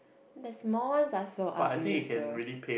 that small one are so ugly also